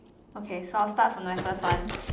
okay so I will start from my first one